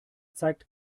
zeigt